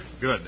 Good